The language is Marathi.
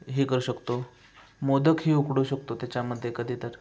हे करू शकतो मोदक ही उकडू शकतो त्याच्यामध्ये कधी तर